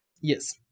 Yes